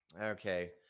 Okay